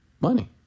money